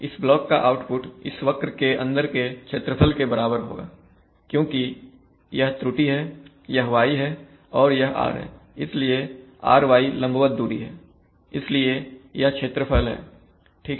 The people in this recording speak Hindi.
इस ब्लाक का आउटपुट इस वक्र के अंदर के क्षेत्रफल के बराबर होगा क्योंकि यह त्रुटि है यह y है और यह r है इसलिए r y लंबवत दूरी है इसलिए यह क्षेत्रफल है ठीक है